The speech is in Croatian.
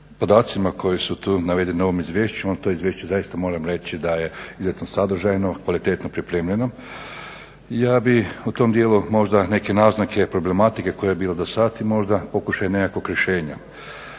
podacima koji su tu navedeni u ovom izvješću, no to izvješće zaista moram reći da je izuzetno sadržajno, kvalitetno pripremljeno i ja bih u tom dijelu možda neke naznake problematike koja je bila dosad i možda pokušaj nekakvog rješenja.